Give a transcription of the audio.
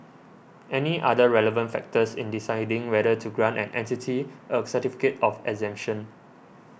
any other relevant factors in deciding whether to grant an entity a certificate of exemption